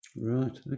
Right